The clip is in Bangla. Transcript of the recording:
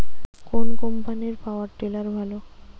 কোন কম্পানির পাওয়ার টিলার ভালো?